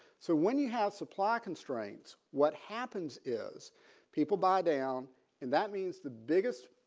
so when you have supply constraints what happens is people buy down and that means the biggest